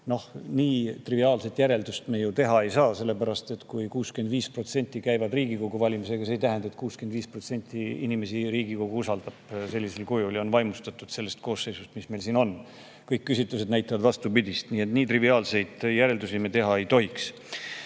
Noh, nii triviaalset järeldust me teha ei saa, sest kui 65% käivad Riigikogu valimas, siis ega see ei tähenda, et 65% inimesi Riigikogu sellisel kujul usaldab ja on vaimustatud sellest koosseisust, mis meil siin on. Kõik küsitlused näitavad vastupidist. Nii et nii triviaalseid järeldusi me teha ei tohiks.